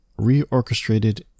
reorchestrated